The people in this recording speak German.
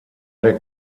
der